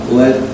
let